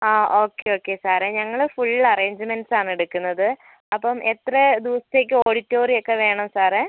ആ okay okay സാറേ ഞങ്ങൾ ഫുൾ അറേഞ്ച്മെൻറ്റ്സ് ആണ് എടുക്കുന്നത് അപ്പം എത്ര ദിവസത്തേക്ക് ഓഡിറ്റോറിയം ഒക്കേ വേണം സാറേ